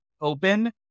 open